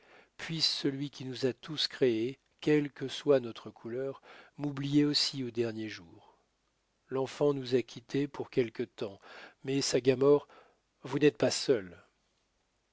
puisse celui qui nous a tous créés quelle que soit notre couleur m'oublier aussi au dernier jour l'enfant nous a quittés pour quelque temps mais sagamore vous n'êtes pas seul